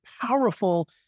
powerful